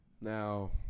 Now